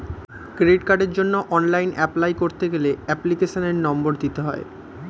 credit কার্ডের জন্য online apply করতে গেলে এপ্লিকেশনের নম্বর দিতে হয়